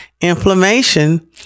inflammation